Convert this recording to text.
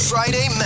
Friday